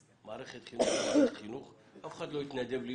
מערכת חינוך היא מערכת חינוך ואף אחד לא יתנדב להיות